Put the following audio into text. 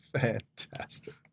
Fantastic